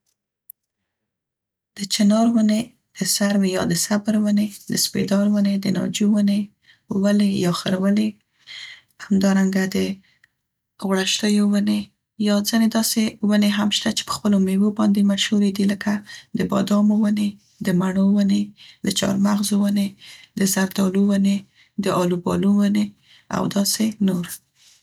د چنار ونې، د سروې یا د صبر ونې، د سپیدار ونې، د ناجو ونې، ولې یا خرولې، همدارنګه د غوړشتیو ونې، یا ځينې داسې ونې هم شته چې په خپلو میوو باندې مشهورې دي لکه د بادامو ونې، د مڼو ونې، د چارمغزو ونې، د زردالو ونې، د البالو ونې او داسې نور.